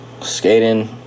skating